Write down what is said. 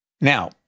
Now